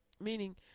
Meaning